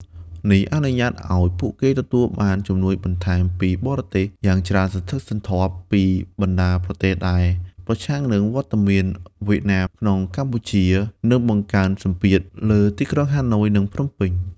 នេះអនុញ្ញាតឱ្យពួកគេទទួលបានជំនួយបន្ថែមពីបរទេសយ៉ាងច្រើនសន្ធឹកសន្ធាប់ពីបណ្ដាប្រទេសដែលប្រឆាំងនឹងវត្តមានវៀតណាមក្នុងកម្ពុជា និងបង្កើនសម្ពាធលើទីក្រុងហាណូយ និងភ្នំពេញ។